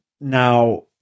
Now